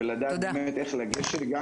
ולדעת באמת איך לגשת.